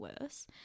worse